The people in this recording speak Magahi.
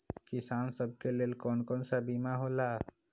किसान सब के लेल कौन कौन सा बीमा होला?